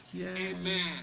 Amen